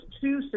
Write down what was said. two